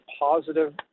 positive